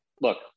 Look